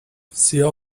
سیاه